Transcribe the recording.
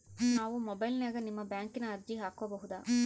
ನಾವು ಮೊಬೈಲಿನ್ಯಾಗ ನಿಮ್ಮ ಬ್ಯಾಂಕಿನ ಅರ್ಜಿ ಹಾಕೊಬಹುದಾ?